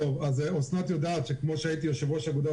אוסנת יודעת שכמו שהייתי יושב-ראש אגודת